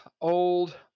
old